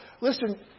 Listen